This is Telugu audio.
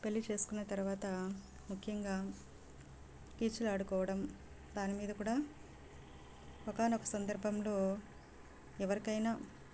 పెళ్ళి చేసుకున్న తర్వత ముఖ్యంగా కీచులాడుకోవడం దానిమీద కూడా ఒకానొక సందర్భంలో ఎవరికైనా